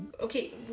Okay